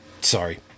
Sorry